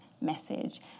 message